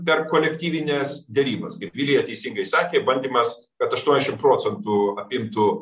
per kolektyvines derybas kaip vilija teisingai sakė bandymas kad aštuoniasdešim procentų imtų